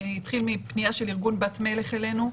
זה התחיל מפנייה של ארגון 'בת מלך' אלינו.